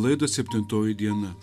laidą septintoji diena